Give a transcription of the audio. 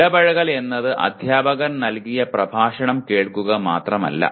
ഇടപഴകൽ എന്നത് അധ്യാപകൻ നൽകിയ പ്രഭാഷണം കേൾക്കുക മാത്രമല്ല